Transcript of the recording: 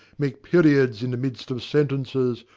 make periods in the midst of sentences,